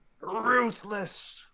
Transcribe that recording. Ruthless